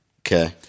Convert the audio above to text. Okay